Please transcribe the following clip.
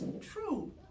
true